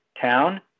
town